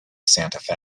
santa